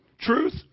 Truth